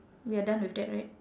we are done with that right